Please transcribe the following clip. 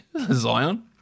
Zion